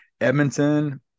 Edmonton